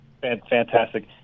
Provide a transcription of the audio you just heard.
Fantastic